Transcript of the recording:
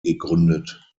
gegründet